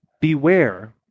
beware